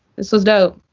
this was dope.